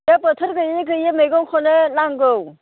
बे बोथोर गैयि गैयिनि मैगंखौनो नांगौ